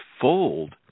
fold